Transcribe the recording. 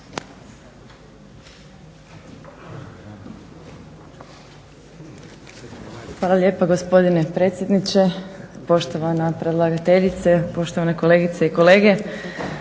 Hvala lijepo gospodine predsjedniče. Poštovana predlagateljice, poštovane kolegice i kolege.